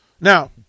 Now